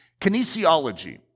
Kinesiology